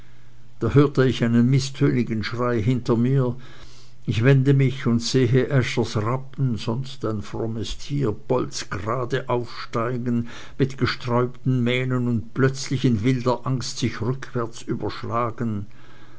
da höre ich einen mißtönigen schrei hinter mir ich wende mich und sehe äschers rappen sonst ein frommes tier bolzgerade aufsteigen mit gesträubten mähnen und plötzlich in wilder angst sich rückwärts überschlagen